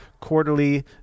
quarterly